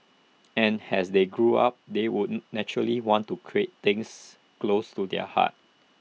and has they grew up they would naturally want to create things close to their heart